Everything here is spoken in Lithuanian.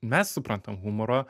mes suprantam humorą